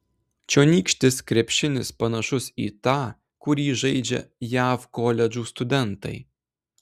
čionykštis krepšinis panašus į tą kurį žaidžia jav koledžų studentai